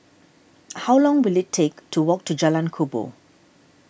how long will it take to walk to Jalan Kubor